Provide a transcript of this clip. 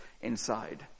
inside